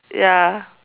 ya